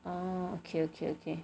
oh okay okay okay